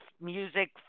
Music